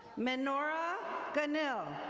menorah ganil.